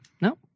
no